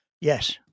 Yes